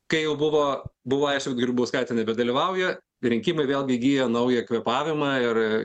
kai jau buvo buvo aišku kad grybauskaitė nebedalyvauja rinkimai vėlgi įgyja naują kvėpavimą ir